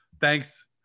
Thanks